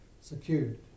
secured